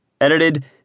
edited